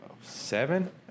seven